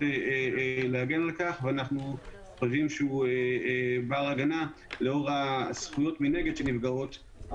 להגן על כך ואנו חושבים שהוא בר הגנה לאור הזכויות מנגד שנפגעות,